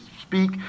speak